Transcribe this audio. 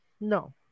No